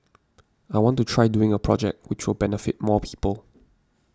I want to try doing a project which will benefit more people